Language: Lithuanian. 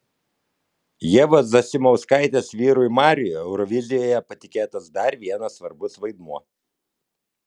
ievos zasimauskaitės vyrui mariui eurovizijoje patikėtas dar vienas svarbus vaidmuo